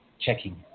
checking